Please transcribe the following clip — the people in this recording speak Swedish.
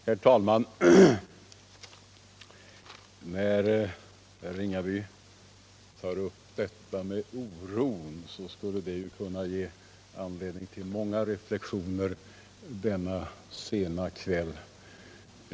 Herr talman! Herr Ringaby tar upp detta med oro, och det skulle kunnat ge anledning till många reflexioner denna sena kväll.